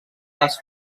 les